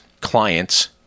clients